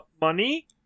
money